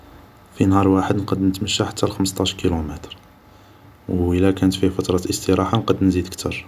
في نهار واحد نقد نتمشى حتى لخمسطاش كيلومتر و الى كانت فيه فترة استراحة نقدر نزيد كتر